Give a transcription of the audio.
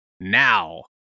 NOW